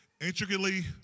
Intricately